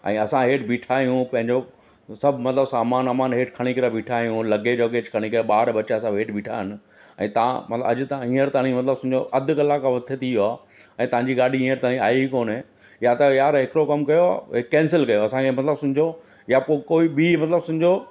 ऐं असां हेठि बिठा आहियूं पंहिंजो सभु मतलबु सामानु वामानु हेठि खणी करे बिठा आहियूं उहो लगेज वगेज खणी करे ॿार बचा सभु हेठि बिठा आहिनि ऐं तव्हां मतलबु अॼु तव्हां हींअर ताईं मतलबु सुमुझो अधु कलाकु मथे थी वियो आहे ऐं तव्हांजी गाॾी हींअर ताईं आई कोने या त यार हिकिड़ो कमु कयो भई कैंसल कयो असांखे इहे मतलबु सुम्हजो या को कोई ॿीं मतलबु सुमुझो